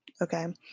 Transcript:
okay